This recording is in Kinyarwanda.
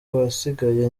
wasigaye